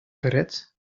gered